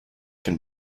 can